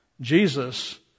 Jesus